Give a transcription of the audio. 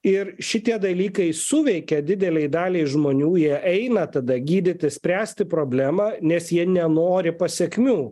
ir šitie dalykai suveikia didelei daliai žmonių jie eina tada gydyti spręsti problemą nes jie nenori pasekmių